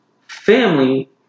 family